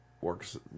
works